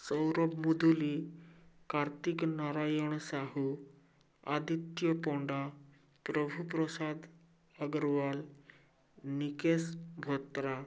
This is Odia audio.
ସୌରଭ ମୁଦୁଲି କାର୍ତ୍ତିକ ନାରାୟଣ ସାହୁ ଆଦିତ୍ୟ ପଣ୍ଡା ପ୍ରଭୁପ୍ରସାଦ ଅଗ୍ରୱାଲ ନିକେଶ ହୋତ୍ରା